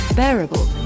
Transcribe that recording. bearable